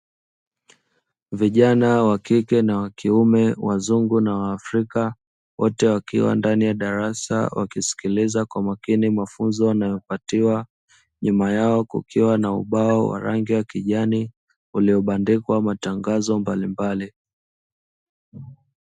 Vijana wakike na wakiume, wazungu na waafrika wote wakiwa ndani ya darasa wakisikiliza kwa makini mafunzo wanayopatiwa, nyuma yao kukiwa na ubao wa rangi ya kijani uliobandikwa matangazi mbalimbali.